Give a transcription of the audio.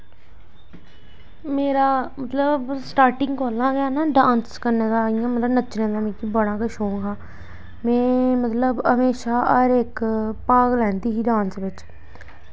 मेरा मतलब स्टार्टिंग कोला गै ना डांस करने दा इ'यां मतलब नच्चने दा मिकी बड़ा गै शौंक हा में मतलब हमेशा हर इक भाग लैंदी ही डांस बिच्च